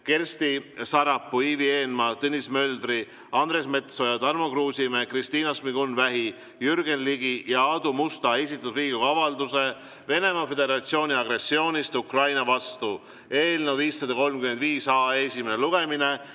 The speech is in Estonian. Kersti Sarapuu, Ivi Eenmaa, Tõnis Möldri, Andres Metsoja, Tarmo Kruusimäe, Kristina Šmigun-Vähi, Jürgen Ligi ja Aadu Musta esitatud Riigikogu avalduse "Venemaa Föderatsiooni agressioonist Ukraina vastu" eelnõu 535. Palun